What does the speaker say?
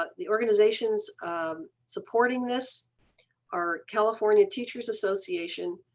ah the organization's um supporting this our california teachers association,